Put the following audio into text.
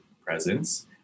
presence